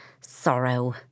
sorrow